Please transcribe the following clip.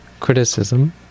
criticism